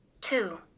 Two